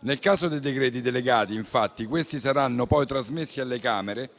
Nel caso dei decreti delegati, infatti, questi saranno poi trasmessi alle Camere